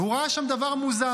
והוא ראה שם דבר מוזר.